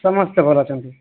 ସମସ୍ତେ ଭଲ ଅଛନ୍ତି